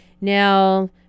Now